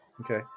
Okay